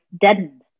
deadened